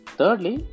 Thirdly